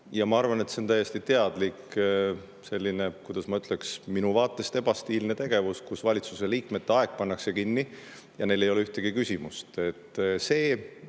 Ja ma arvan, et see on täiesti teadlik selline, kuidas ma ütleks, minu vaatest ebastiilne tegevus, kus valitsuse liikmete aeg pannakse kinni ja neil ei ole ühtegi küsimust.